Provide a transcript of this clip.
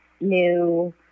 new